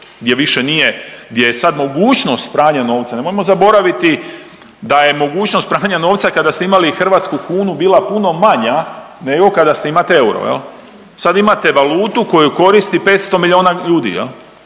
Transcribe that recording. gdje više nije, gdje je sad mogućnost pranja novca, nemojmo zaboraviti da je mogućnost pranja novca kada ste imali hrvatsku kunu bila puno manja nego kada ste imate euro. Sad imate valutu koju koristi 500 milijuna ljudi,